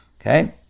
Okay